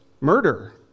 murder